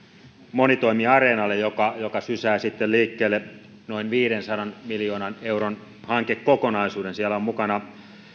monitoimiareenalle joka joka sysää sitten liikkeelle noin viidensadan miljoonan euron hankekokonaisuuden siellä on mukana